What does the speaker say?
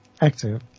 active